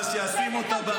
השר אליהו --- אבל,